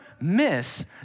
miss